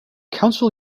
counsel